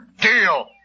Deal